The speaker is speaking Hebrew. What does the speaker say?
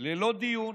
ללא דיון",